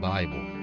Bible